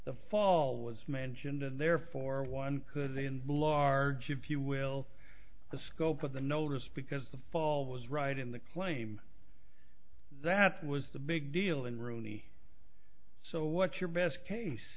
the fall was mentioned and therefore one could in large if you will the scope of the notice because the fall was right in the claim that was the big deal in rooney so what's your best case